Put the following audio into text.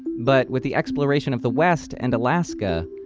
but with the exploration of the west and alaska,